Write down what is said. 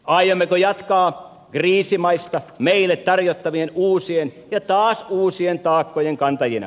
aiommeko jatkaa kriisimaista meille tarjottavien uusien ja taas uusien taakkojen kantajina